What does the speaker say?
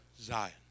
Zion